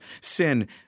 Sin